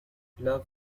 love